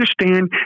understand